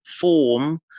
form